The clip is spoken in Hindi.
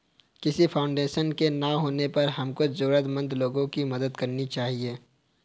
किसी फाउंडेशन के ना होने पर भी हमको जरूरतमंद लोगो की मदद करनी चाहिए